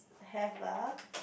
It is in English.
have lah